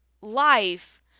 life